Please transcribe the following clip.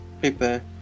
prepare